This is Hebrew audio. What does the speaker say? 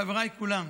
חבריי כולם,